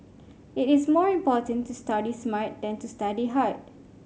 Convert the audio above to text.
it is more important to study smart than to study hard